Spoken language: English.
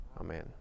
Amen